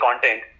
content